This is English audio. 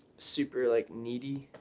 super like needy,